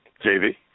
JV